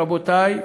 רבותי,